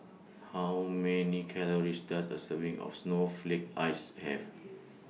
How Many Calories Does A Serving of Snowflake Ice Have